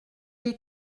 est